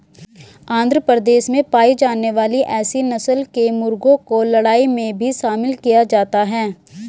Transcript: आंध्र प्रदेश में पाई जाने वाली एसील नस्ल के मुर्गों को लड़ाई में भी शामिल किया जाता है